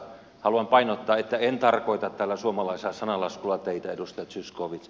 haluan painottaa että en tarkoita tällä suomalaisella sananlaskulla teitä edustaja zyskowicz